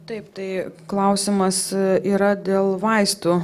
taip tai klausimas yra dėl vaistų